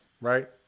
right